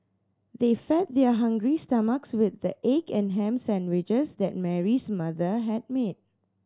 they fed their hungry stomachs with the egg and ham sandwiches that Mary's mother had made